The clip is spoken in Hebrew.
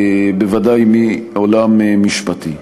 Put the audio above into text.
בוודאי, מעולם משפטי.